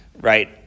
right